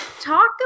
talk